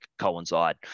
coincide